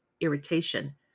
irritation